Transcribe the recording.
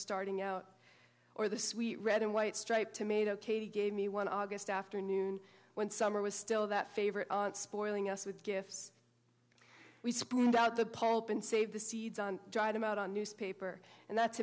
starting out or the sweet red and white striped tomato katie gave me one august afternoon when summer was still that favorite aunt spoiling us with gifts we spawned out the pope and save the seeds on dry them out on newspaper and that